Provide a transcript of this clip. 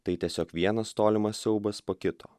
tai tiesiog vienas tolimas siaubas po kito